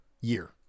year